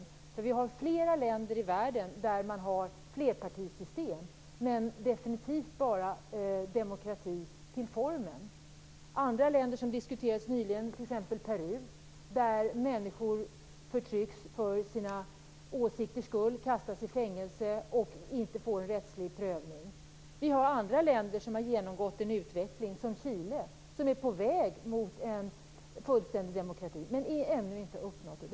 Det finns nämligen flera länder i världen med flerpartisystem som definitivt bara har en demokrati till formen. I andra länder som diskuterats nyligen, t.ex. Peru, förtrycks människor för sina åsikters skull och kastas i fängelse utan att få rättslig prövning. Vi har andra länder som har genomgått en utveckling - t.ex. Chile, som är på väg mot en fullständig demokrati men ännu inte har uppnått det.